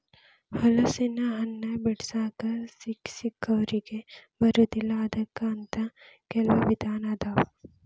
ಹಲಸಿನಹಣ್ಣ ಬಿಡಿಸಾಕ ಸಿಕ್ಕಸಿಕ್ಕವರಿಗೆ ಬರುದಿಲ್ಲಾ ಅದಕ್ಕ ಅಂತ ಕೆಲ್ವ ವಿಧಾನ ಅದಾವ